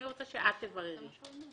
אם הילד לא ציין בתלונתו דרכי יצירת קשר ואין